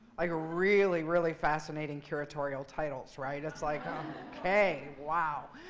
like really, really fascinating curatorial titles, right. it's like ok. wow.